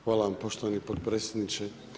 Hvala vam poštovani potpredsjedniče.